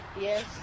Yes